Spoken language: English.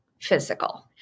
Physical